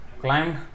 climbed